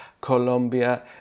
Colombia